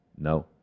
no